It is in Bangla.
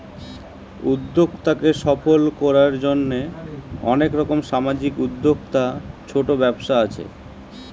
উদ্যোক্তাকে সফল কোরার জন্যে অনেক রকম সামাজিক উদ্যোক্তা, ছোট ব্যবসা আছে